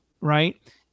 Right